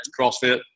CrossFit